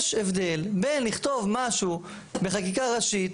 יש הבדל בין לכתוב משהו בחקיקה ראשית